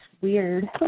weird